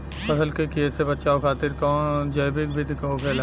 फसल के कियेसे बचाव खातिन जैविक विधि का होखेला?